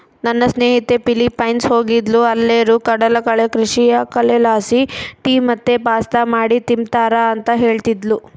ನನ್ನ ಸ್ನೇಹಿತೆ ಫಿಲಿಪೈನ್ಸ್ ಹೋಗಿದ್ದ್ಲು ಅಲ್ಲೇರು ಕಡಲಕಳೆ ಕೃಷಿಯ ಕಳೆಲಾಸಿ ಟೀ ಮತ್ತೆ ಪಾಸ್ತಾ ಮಾಡಿ ತಿಂಬ್ತಾರ ಅಂತ ಹೇಳ್ತದ್ಲು